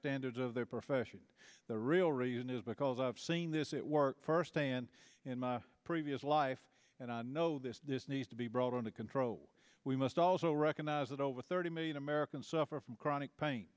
standards of their profession the real reason is because i've seen this it work firsthand in my previous life and i know this needs to be brought under control we must also recognize that over thirty million americans suffer from chronic pain